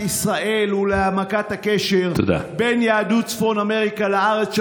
ישראל ולהעמקת הקשר בין יהדות צפון אמריקה לארץ.